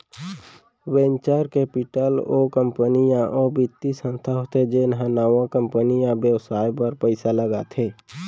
venture capital ओ company या ओ बित्तीय संस्था होथे जेन ह नवा कंपनी या बेवसाय बर पइसा लगाथे